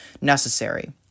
necessary